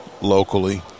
locally